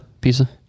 pizza